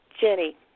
Jenny